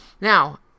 Now